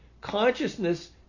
Consciousness